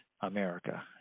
America